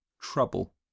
trouble